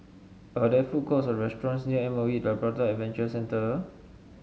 are there food courts or restaurants near M O E Labrador Adventure Centre